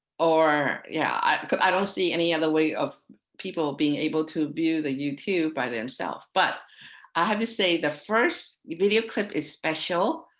or yeah i i don't see any other way of people being able to view the youtube by themself. but i have to say the first video clip is special.